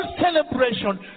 celebration